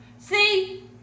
See